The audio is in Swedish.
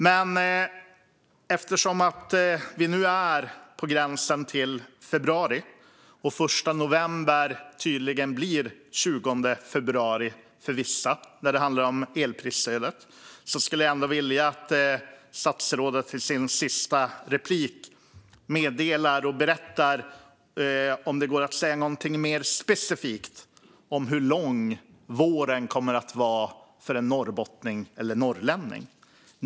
Men eftersom vi nu är på gränsen till februari, och eftersom den 1 november tydligen blir den 20 februari för vissa när det handlar om elprisstödet, skulle jag ändå vilja att statsrådet i sitt sista inlägg meddelar och berättar om det går att säga någonting mer specifikt om hur lång våren kommer att vara för en norrbottning eller norrlänning.